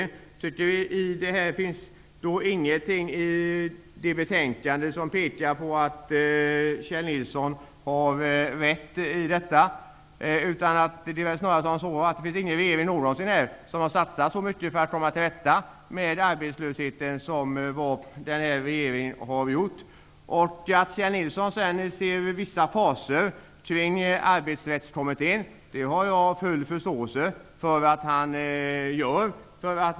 Jag tycker inte att det finns något i betänkandet som pekar på att Kjell Nilsson har rätt på den punkten. Det är väl snarare så att det inte finns någon regering som har satsat så mycket för att komma till rätta med arbetslösheten som den här regeringen. Att Kjell Nilsson sedan ser vissa faror när det gäller Arbetsrättskommittén har jag full förståelse för.